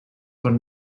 were